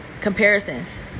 comparisons